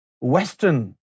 Western